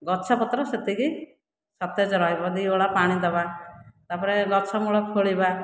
ଗଛପତ୍ର ସେତିକି ସତେଜ ରହିବ ଦୁଇବେଳା ପାଣି ଦେବା ତା'ପରେ ଗଛମୂଳ ଖୋଳିବା